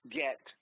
get